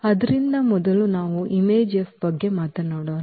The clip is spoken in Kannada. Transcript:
ಆದ್ದರಿಂದ ಮೊದಲು ನಾವು ಬಗ್ಗೆ ಮಾತನಾಡೋಣ